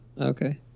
Okay